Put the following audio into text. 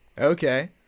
Okay